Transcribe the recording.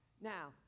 Now